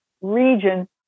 region